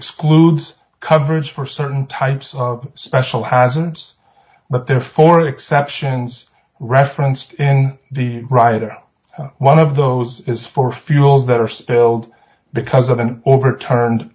excludes coverage for certain types of special hasn't but therefore exceptions referenced in the writer one of those is for fuel that are spilled because of an overturned